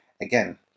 Again